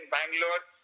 Bangalore